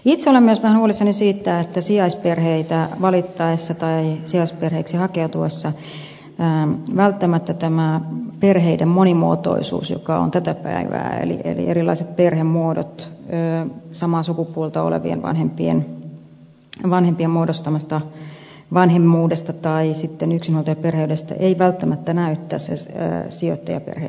itse olen myös vähän huolissani siitä että sijaisperheitä valittaessa tai sijaisperheeksi hakeutuessa välttämättä tämä perheiden monimuotoisuus joka on tätä päivää eli erilaiset perhemuodot samaa sukupuolta olevien vanhempien muodostama vanhemmuus tai sitten yksinhuoltajaperheys ei välttämättä näy tässä sijoittajaperheitten kirjossa